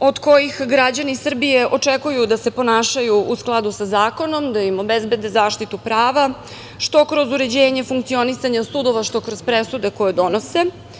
od kojih građani Srbije očekuju da se ponašaju u skladu sa zakonom, da im obezbede zaštitu prava što kroz uređenje funkcionisanja sudova, što kroz presude koje donose.